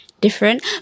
different